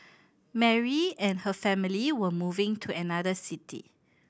Mary and her family were moving to another city